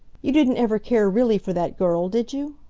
you didn't ever care really for that girl, did you?